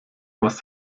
was